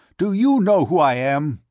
do you know who i am?